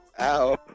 ow